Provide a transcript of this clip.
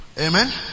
Amen